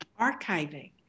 archiving